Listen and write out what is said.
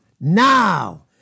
Now